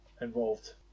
involved